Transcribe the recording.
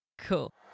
Cool